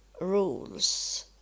rules